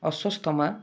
Ashwatthama